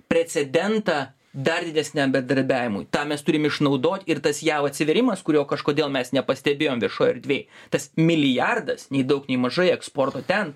precedentą dar didesniam bendradarbiavimui tą mes turim išnaudot ir tas jav atsivėrimas kurio kažkodėl mes nepastebėjom viešoj erdvėj tas milijardas nei daug nei mažai eksporto ten